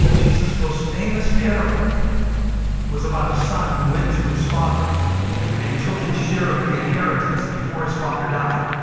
and jesus' most famous parable was about a son who went to his father and took his share of the inheritance before his father died.